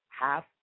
Half